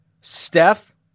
Steph